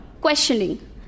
Questioning